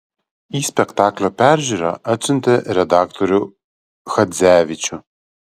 į spektaklio peržiūrą atsiuntė redaktorių chadzevičių